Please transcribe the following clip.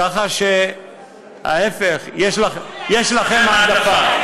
ככה שההפך, יש לכם העדפה.